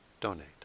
donate